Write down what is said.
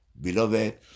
Beloved